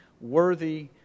worthy